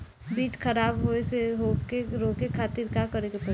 बीज खराब होए से रोके खातिर का करे के पड़ी?